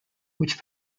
which